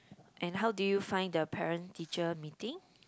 and how do you find the parent teacher meeting